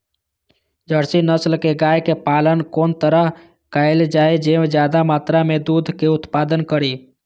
Jersey नस्ल के गाय के पालन कोन तरह कायल जाय जे ज्यादा मात्रा में दूध के उत्पादन करी?